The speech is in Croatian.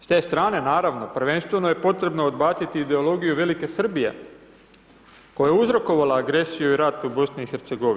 S te strane, naravno, prvenstveno je potrebno odbaciti ideologiju Velike Srbije koja je uzrokovala agresiju i rat u BiH.